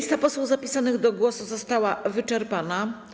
Lista posłów zapisanych do głosu została wyczerpana.